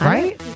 Right